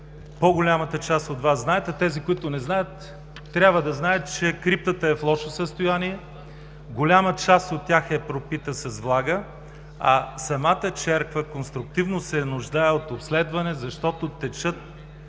по-голямата част от Вас знаете, а тези, които не знаят, трябва да знаят, че криптата е в лошо състояние. Голяма част е пропита с влага, а самата черква конструктивно се нуждае от обследване, защото текат